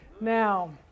now